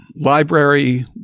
library